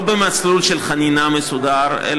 לא במסלול מסודר של חנינה,